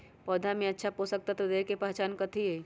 पौधा में अच्छा पोषक तत्व देवे के पहचान कथी हई?